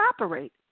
operate